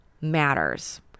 matters